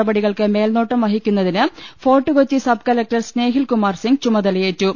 നടപടികൾക്ക് മേൽനോട്ടം വഹിക്കുന്നതിന് Fort Kochi sub collector Snehil Kumar Singh ചുമതലയേറ്റു